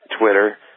Twitter